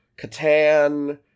Catan